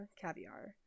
caviar